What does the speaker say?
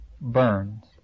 burns